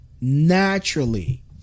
naturally